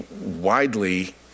widely